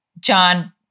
John